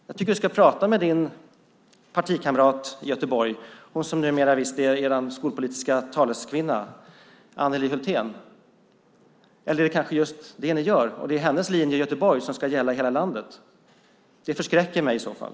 Jag tycker att du ska prata med din partikamrat i Göteborg, som visst är er skolpolitiska taleskvinna numer, Anneli Hulthén. Eller det kanske är just det ni gör, och det är hennes linje i Göteborg som ska gälla i hela landet. Det förskräcker mig i så fall.